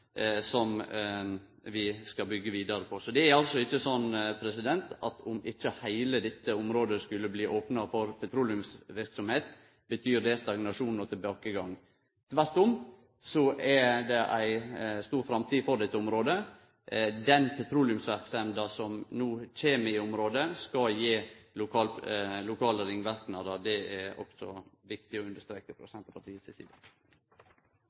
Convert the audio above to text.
som vi skal byggje vidare på. Så det er altså ikkje sånn at om ikkje heile dette området skulle bli opna for petroleumsverksemd, betyr det stagnasjon og tilbakegang. Tvert om er det ei stor framtid for dette området. Den petroleumsverksemda som no kjem i området, skal gje lokale ringverknader. Det er også viktig å understreke frå Senterpartiet si side.